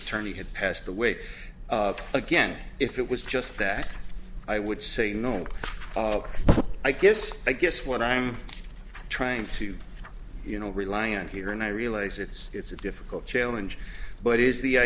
attorney had passed away again if it was just that i would say no i guess i guess what i'm trying to you know rely on here and i realize it's it's a difficult challenge but is the